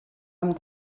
amb